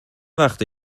وقته